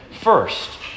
first